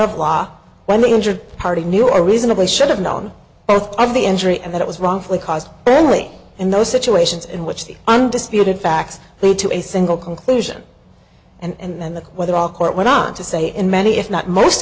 injured party knew i reasonably should have known of the injury and that it was wrongfully caused early in those situations in which the undisputed facts lead to a single conclusion and then the weather all court went on to say in many if not most